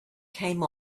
came